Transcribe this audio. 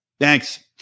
Thanks